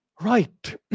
Right